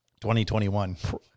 2021